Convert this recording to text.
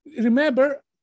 Remember